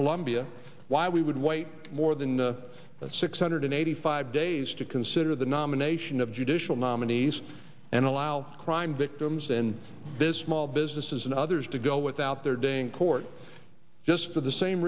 colombia while we would white more than the six hundred eighty five days to consider the nomination of judicial nominees and allow crime victims in this small businesses and others to go without their day in court just for the same